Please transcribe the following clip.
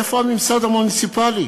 איפה הממסד המוניציפלי?